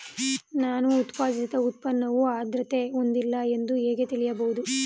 ನಾನು ಉತ್ಪಾದಿಸಿದ ಉತ್ಪನ್ನವು ಆದ್ರತೆ ಹೊಂದಿಲ್ಲ ಎಂದು ಹೇಗೆ ತಿಳಿಯಬಹುದು?